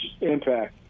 impact